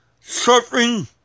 suffering